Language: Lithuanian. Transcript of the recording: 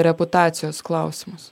reputacijos klausimus